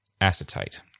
acetate